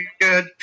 good